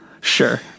Sure